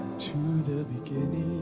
the beginning